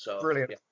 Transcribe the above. Brilliant